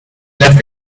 left